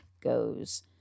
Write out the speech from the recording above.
goes